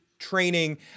Training